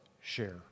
share